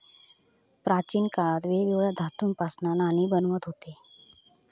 प्राचीन काळात वेगवेगळ्या धातूंपासना नाणी बनवत हुते